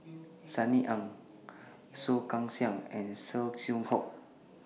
Sunny Ang Soh Kay Siang and Saw Swee Hock